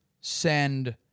send